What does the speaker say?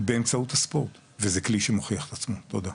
באמצעות הספורט, וזה כלי שמוכיח את עצמו, תודה.